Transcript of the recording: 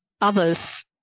others